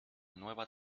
nueva